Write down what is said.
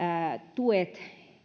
tuet